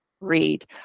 read